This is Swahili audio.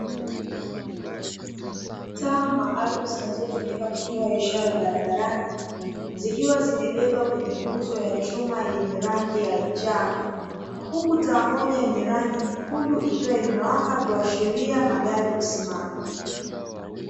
Taa maalumu zinazotumika kutoa ishara barabarani, zikiwa zimebebwa kwenye nguzo ya chuma yenye rangi ya njano huku taa moja yenye rangi nyekundu ikiwa imewaka kuashiria magari kusimama.